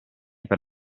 per